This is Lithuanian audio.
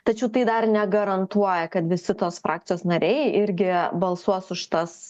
tačiau tai dar negarantuoja kad visi tos frakcijos nariai irgi balsuos už tas